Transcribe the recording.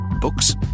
Books